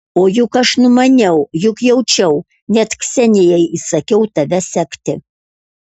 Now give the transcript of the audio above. o juk aš numaniau juk jaučiau net ksenijai įsakiau tave sekti